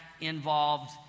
involved